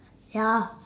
ya